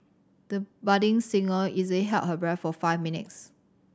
the budding singer easily held her breath for five minutes